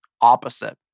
opposite